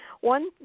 one